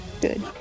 Good